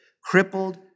crippled